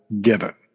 given